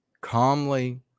calmly